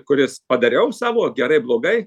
kuris padariau savo gerai blogai